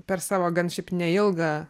per savo gan šiaip neilgą